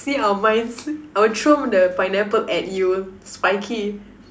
see our minds I will throw the pineapple at you spiky